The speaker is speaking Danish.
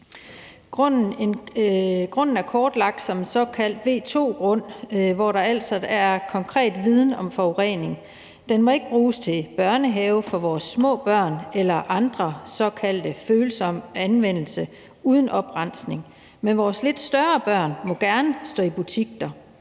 Grunden er kortlagt som såkaldt V2-grund, hvor der altså er konkret viden om forurening. Den må ikke bruges til børnehave for vores små børn eller til anden såkaldt følsom anvendelse uden oprensning, men vores lidt større børn må gerne stå i butik der.